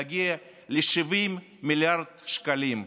להגיע ל-70 מיליארד שקלים.